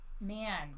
Man